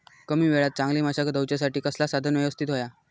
कमी वेळात चांगली मशागत होऊच्यासाठी कसला साधन यवस्तित होया?